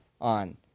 on